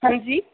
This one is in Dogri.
हां जी